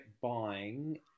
buying